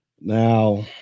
Now